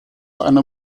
einer